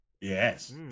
Yes